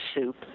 soup